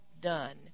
done